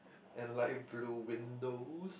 and light blue windows